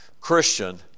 Christian